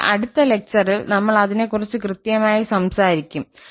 അതിനാൽ അടുത്ത ലെക്ചറിൽ നമ്മൾ അതിനെക്കുറിച്ച് കൃത്യമായി സംസാരിക്കും